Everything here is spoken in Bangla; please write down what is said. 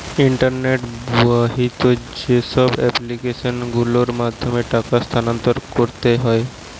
ইন্টারনেট বাহিত যেইসব এপ্লিকেশন গুলোর মাধ্যমে টাকা স্থানান্তর করতে হয়